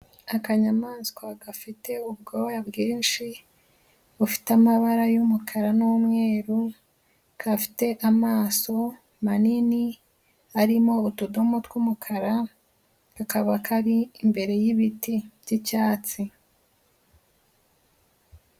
Akanyamaswa gafite ubwoya bwinshi bufite amabara y'umukara n'umweru, gafite amaso manini arimo utudomo tw'umukara, kakaba kari imbere y'ibiti by'icyatsi.